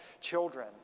children